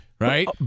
right